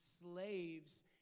slaves